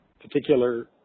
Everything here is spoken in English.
particular